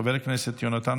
חברי הכנסת,